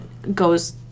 goes